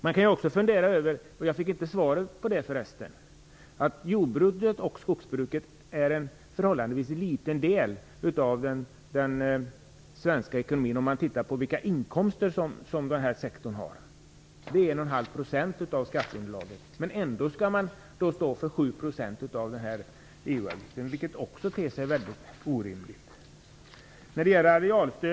Man kan också fundera över - och jag fick förresten inte något svar på min fråga om detta - att jordbruket och skogsbruket är en förhållandevis liten del av den svenska ekonomin om man tittar på vilka inkomster som sektorn har. De utgör 1,5 % av skatteunderlaget. Men ändå skall man stå för 7 % av EU avgiften, vilket också ter sig mycket orimligt.